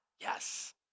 Yes